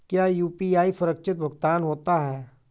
क्या यू.पी.आई सुरक्षित भुगतान होता है?